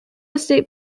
estate